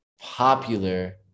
popular